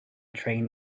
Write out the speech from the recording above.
train